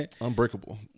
Unbreakable